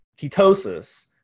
ketosis